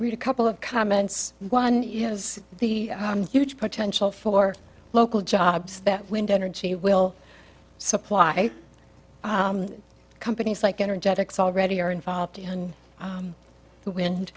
read a couple of comments one has the huge potential for local jobs that wind energy will supply companies like energetics already are involved in the wind